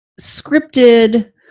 scripted